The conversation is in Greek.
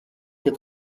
και